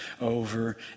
over